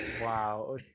wow